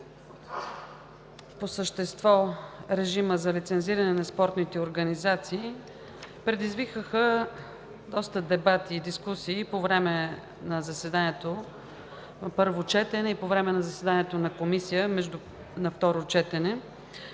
по същество режима за лицензиране на спортните организации, предизвикаха доста дебати и дискусии по време на заседанието на първо четене и по време на заседанието на Комисия на второ четене.